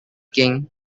king